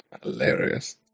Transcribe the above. Hilarious